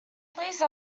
please